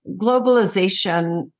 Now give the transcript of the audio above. globalization